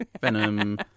Venom